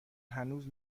هنوز